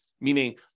meaning